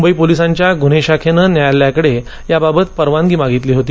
मुंबई पोलिसांच्या गुन्हे शाखेनं न्यायालयाकडे याबाबत परवानगी मागितली होती